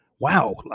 Wow